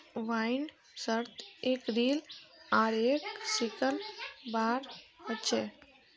बाइंडर्सत एक रील आर एक सिकल बार ह छे